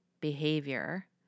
behavior